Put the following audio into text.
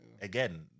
Again